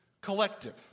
collective